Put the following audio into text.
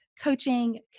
coaching